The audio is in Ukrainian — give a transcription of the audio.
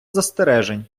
застережень